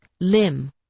limb